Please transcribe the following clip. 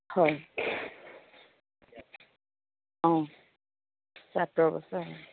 হয় অঁ পাটৰ বস্তু আহে